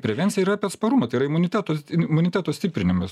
prevencija yra apie atsparumą tai yra imuniteto imuniteto stiprinimas